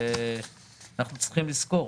אנחנו צריכים לזכור,